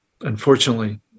unfortunately